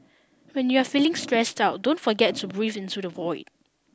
when you are feeling stressed out don't forget to breathe into the void